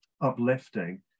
uplifting